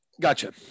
Gotcha